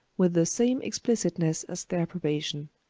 with the same explicitness as their approbation.